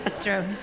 true